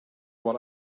what